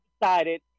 decided